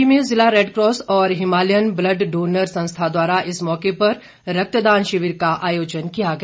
मंडी में जिला रेडक्रॉस और हिमालयन ब्लड डोनर संस्था द्वारा इस मौके पर रक्तदान शिविर का आयोजन किया गया